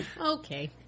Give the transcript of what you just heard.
Okay